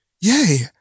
yay